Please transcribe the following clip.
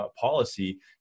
policy